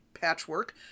patchwork